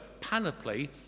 panoply